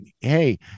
hey